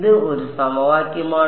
ഇത് ഒരു സമവാക്യമാണ്